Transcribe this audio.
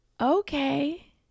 Okay